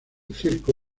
circo